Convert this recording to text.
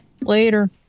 Later